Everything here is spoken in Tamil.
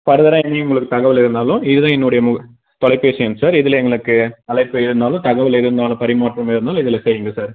ஃபர்தராக இனி உங்களுக்கு தகவல் இருந்தாலும் இது தான் என்னுடைய மொ தொலைபேசி எண் சார் இதில் எங்களுக்கு அழைப்பு இருந்தாலும் தகவல் எது இருந்தாலும் பரிமாற்றம் எது இருந்தாலும் இதில் செய்யுங்க சார்